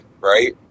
right